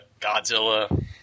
Godzilla